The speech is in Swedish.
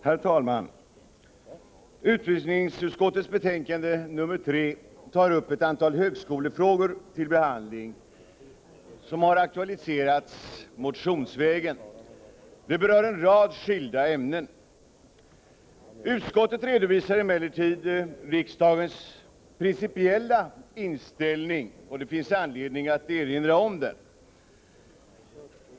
Herr talman! I utbildningsutskottets betänkande nr 3 tas upp till behandling ett antal högskolefrågor som har aktualiserats motionsvägen. De berör en rad skilda ämnen. Utskottet redovisar emellertid riksdagens principiella inställning, och det finns anledning att erinra om den.